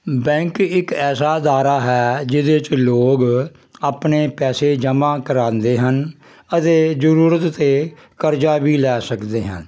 bank ਇੱਕ ਐਸਾ ਆਦਾਰਾ ਹੈ ਜਿਹਦੇ 'ਚ ਲੋਕ ਆਪਣੇ ਪੈਸੇ ਜਮ੍ਹਾਂ ਕਰਵਾਉਂਦੇ ਹਨ ਅਤੇ ਜ਼ਰੂਰਤ 'ਤੇ ਕਰਜ਼ਾ ਵੀ ਲੈ ਸਕਦੇ ਹਨ